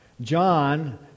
John